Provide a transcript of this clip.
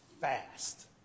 fast